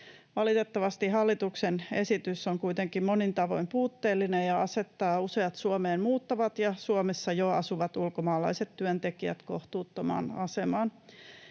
Valitettavasti hallituksen esitys on kuitenkin monin tavoin puutteellinen ja asettaa useat Suomeen muuttavat ja Suomessa jo asuvat ulkomaalaiset työntekijät kohtuuttomaan asemaan.